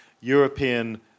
European